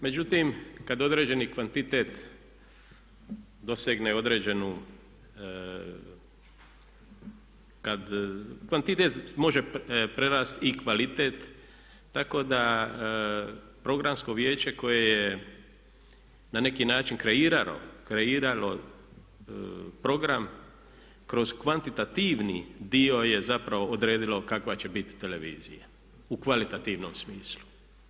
Međutim, kad određeni kvantitet dosegne određenu, kad kvantitet može prerast i kvalitet tako da programsko vijeće koje je na neki način kreiralo program kroz kvantitativni dio je zapravo je odredilo kakva će biti televizija, u kvalitativnom smislu.